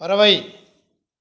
பறவை